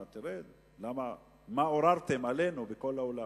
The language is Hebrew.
אתה תראה, מה עוררתם עלינו בכל העולם,